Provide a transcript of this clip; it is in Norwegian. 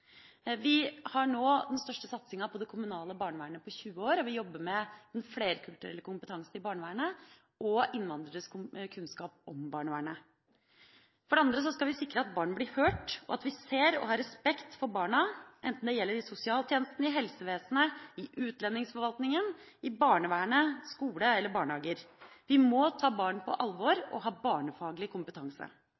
Vi har nå den største satsinga på det kommunale barnevernet på 20 år, og vi jobber med den flerkulturelle kompetansen til barnevernet og innvandreres kunnskap om barnevernet. For det andre skal vi sikre at barn blir hørt, og at vi ser og har respekt for barna enten det gjelder sosialtjenesten, helsevesenet, utlendingsforvaltninga, barnevernet, skoler eller barnehager. Vi må ta barn på alvor